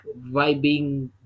vibing